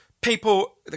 people